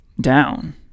down